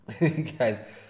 Guys